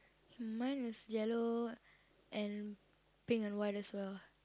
mine is yellow and pink and white as well